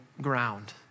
ground